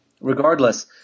regardless